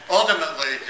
ultimately